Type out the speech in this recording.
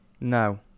No